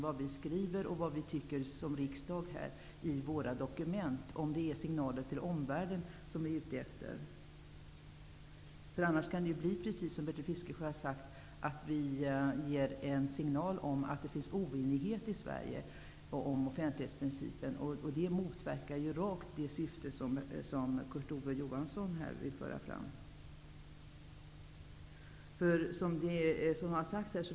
Jag vet inte om det är signaler till omvärlden som ni är ute efter. Annars kan man -- som Bertil Fiskesjö sade -- uppfatta det som att det finns oenighet i Sverige om offentlighetsprincipen. Det motverkar ju det syfte som Kurt Ove Johansson här vill framhålla.